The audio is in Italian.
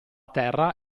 terra